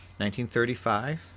1935